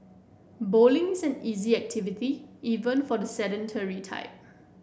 bowling is an easy activity even for the sedentary type